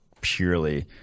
purely